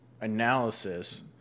analysis